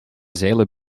zeilen